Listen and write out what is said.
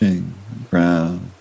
ground